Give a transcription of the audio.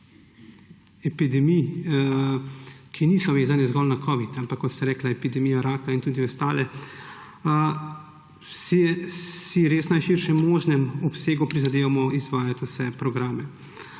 epidemij, ki niso vezane zgolj na covid, ampak kot ste rekli, epidemija raka in tudi ostale, si v res najširšem možnem obsegu prizadevamo izvajati vse programe.